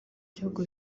gihugu